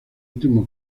último